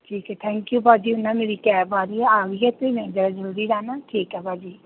ਠੀਕ ਹੈ thank you ਭਾਅ ਜੀ ਹੁਣ ਨਾ ਮੇਰੀ ਕੈਬ ਆ ਗਈ ਆ ਆ ਗਈ ਹੈ ਅਤੇ ਮੈਂ ਜਰਾ ਜਲਦੀ ਜਾਣਾ ਠੀਕ ਹੈ ਭਾਅ ਜੀ